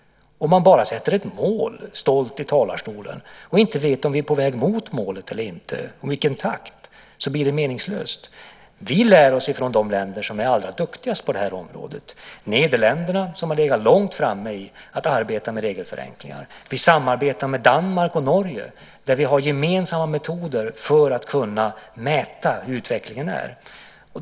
Om man bara sätter upp ett mål, stolt i talarstolen, och inte vet om vi är på väg mot målet eller inte och i vilken takt så blir det meningslöst. Vi lär oss från de länder som är allra duktigast på det här området, till exempel Nederländerna, som har legat långt framme när det gäller att arbeta med regelförenklingar. Vi samarbetar med Danmark och Norge, där vi har gemensamma metoder för att kunna mäta hur utvecklingen är.